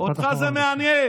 אותך זה מעניין.